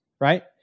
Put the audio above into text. right